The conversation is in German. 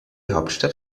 hauptstadt